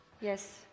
Yes